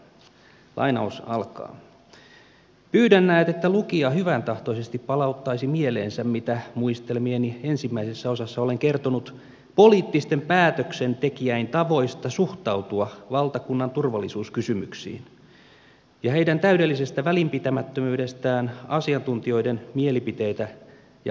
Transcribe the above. pyydän näet että lukija hyväntahtoisesti palauttaisi mieleensä mitä muistelmieni ensimmäisessä osassa olen kertonut poliittisten päätöksentekijäin tavoista suhtautua valtakunnan turvallisuuskysymyksiin ja heidän täydellisestä välinpitämättömyydestään asiantuntijoiden mielipiteitä ja varoituksia kohtaan